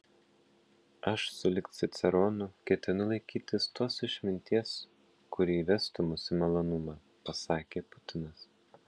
aš sulig ciceronu ketinu laikytis tos išminties kuri įvestų mus į malonumą pasakė putinas